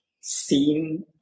seen